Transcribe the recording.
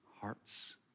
hearts